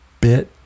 bit